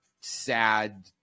sad